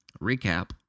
recap